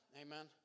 Amen